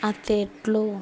ఆత్లెట్లు